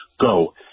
Go